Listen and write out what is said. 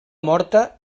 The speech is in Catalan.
morta